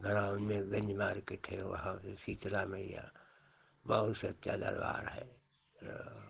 भरावन में गंज मार्केट हैं वहाँ पर शीतला मैया बहुत सत्य दरबार है